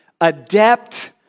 adept